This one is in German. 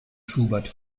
schubert